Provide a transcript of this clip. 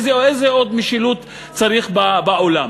איזו עוד משילות צריך בעולם?